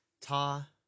Ta